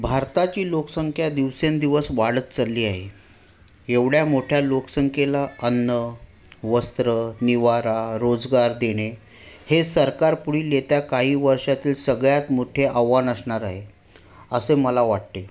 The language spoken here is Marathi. भारताची लोकसंख्या दिवसेंदिवस वाढत चालली आहे एवढ्या मोठ्या लोकसंख्येला अन्न वस्त्र निवारा रोजगार देणे हे सरकार पुढील येत्या काही वर्षातील सगळ्यात मोठे आव्हान असणार आहे असे मला वाटते